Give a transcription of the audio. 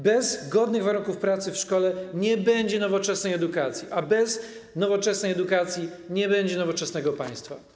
Bez godnych warunków pracy w szkole nie będzie nowoczesnej edukacji, a bez nowoczesnej edukacji nie będzie nowoczesnego państwa.